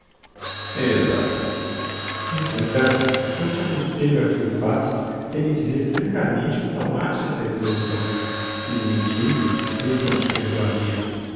é exato entretanto não te aconselho a que o faças sem lhe dizer francamente que tomaste essa resolução se lhe mentisses ele não te perdoaria